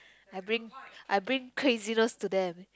I bring I bring craziness to them